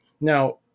Now